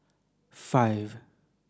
five